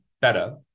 better